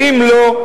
ואם לא,